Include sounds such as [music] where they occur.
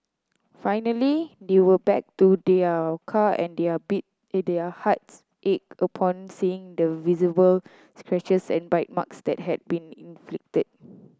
finally they went back to their car and their [unintelligible] and their hearts ached upon seeing the visible scratches and bite marks that had been inflicted